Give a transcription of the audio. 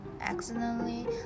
accidentally